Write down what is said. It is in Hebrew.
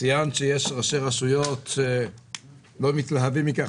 ציינת שיש ראשי רשויות שלא מתלהבים מכך,